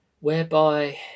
whereby